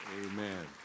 Amen